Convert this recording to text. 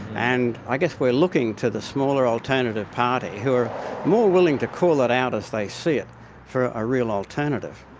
and i guess we are looking to the smaller alternative party who are more willing to call it out as they see it for a real alternative.